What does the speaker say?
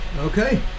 Okay